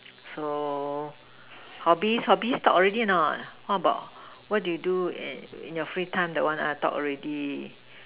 so hobbies hobbies talk already or not how about what do you do in in your free time that one ah talk already